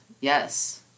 Yes